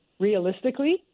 Realistically